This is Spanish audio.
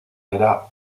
era